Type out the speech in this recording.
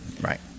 Right